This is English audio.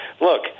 look